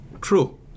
True